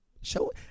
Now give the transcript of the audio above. Show